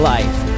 Life